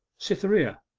cytherea!